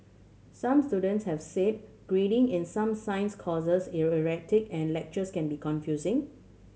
some students have said grading in some science courses is erratic and lectures can be confusing